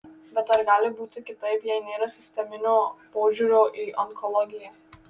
bet ar gali būti kitaip jei nėra sisteminio požiūrio į onkologiją